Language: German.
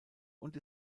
und